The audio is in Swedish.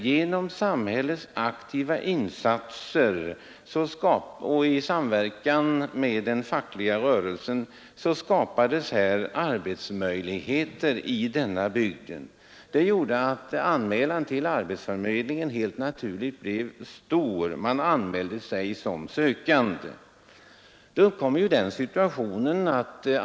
Genom samhällets aktiva insatser och i samverkan med den fackliga rörelsen skapades det arbetsmöjligheter i denna bygd. Det förde helt naturligt med sig att många anmälde sig till arbetsförmedlingen som arbetssökande.